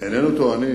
איננו טוענים